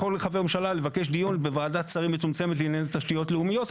יכול חבר ממשלה לבקש דיון בוועדת שרים מצומצמת לענייני תשתיות לאומיות.